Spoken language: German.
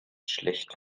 schlecht